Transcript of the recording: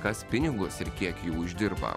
kas pinigus ir kiek uždirba